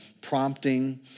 prompting